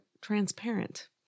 transparent